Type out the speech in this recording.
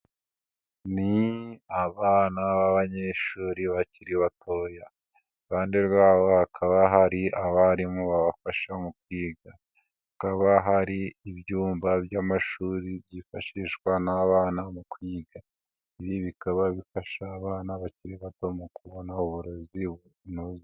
Ni abana b'abanyeshuri bakiri batoya iruhande rwabo hakaba hari abarimu babafasha mu kwiga hakaba hari ibyumba by'amashuri byifashishwa n'abana mu kwiga. Ibi bikaba bifasha abana bakiri bato mu kubona uburezi bunoze.